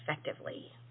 effectively